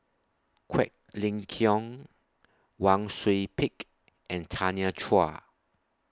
Quek Ling Kiong Wang Sui Pick and Tanya Chua